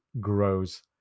grows